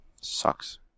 Sucks